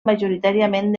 majoritàriament